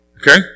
Okay